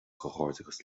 comhghairdeas